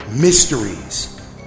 mysteries